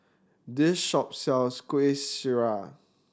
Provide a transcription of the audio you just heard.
this shop sells Kuih Syara